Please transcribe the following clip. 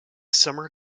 summer